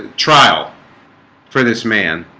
trial for this man